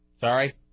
Sorry